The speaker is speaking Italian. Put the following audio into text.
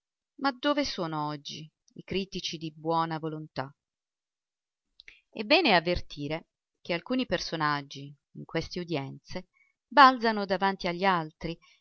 ma dove sono oggi i critici di buona volontà è bene avvertire che alcuni personaggi in queste udienze balzano davanti agli altri